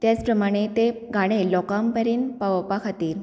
त्याच प्रमाणे ते गाणे लोकां परेन पावोवपा खातीर